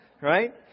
right